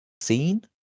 seen